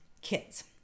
kids